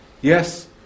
Yes